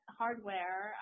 hardware